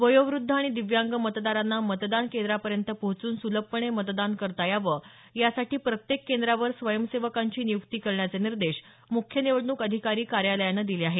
वयोव्रद्ध आणि दिव्यांग मतदारांना मतदान केंद्रापर्यंत पोहोचून सुलभपणे मतदान करता यावं यासाठी प्रत्येक केंद्रावर स्वयंसेवकांची नियुक्ती करण्याचे निर्देश मुख्य निवडणूक अधिकारी कार्यालयानं दिले आहेत